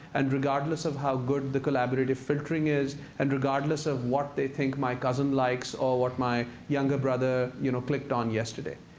and regardless of how good the collaborative filtering is, and regardless of what they think my cousin likes or what my younger brother you know clicked on yesterday.